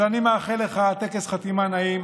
אז אני מאחל לך טקס חתימה נעים.